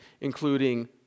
including